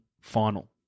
final